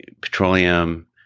petroleum